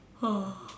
ah